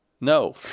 no